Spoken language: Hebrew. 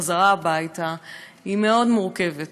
החזרה הביתה היא מאוד מורכבת.